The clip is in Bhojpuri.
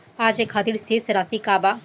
आज के खातिर शेष राशि का बा?